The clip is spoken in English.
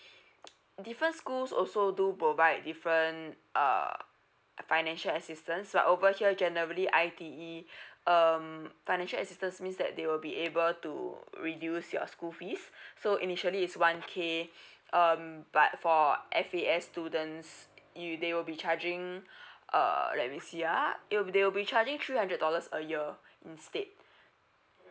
different schools also do provide different uh financial assistance so uh over here generally I_T_E um financial assistance means that they will be able to reduce your school fees so initially is one K um but for F_A_S students you they will be charging uh let me see uh it will they will be charging three hundred dollars a year instead